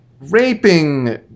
raping